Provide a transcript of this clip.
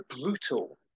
brutal